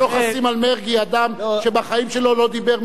אדם שבחיים שלו לא דיבר מלה אחת לא לעניין.